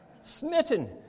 Smitten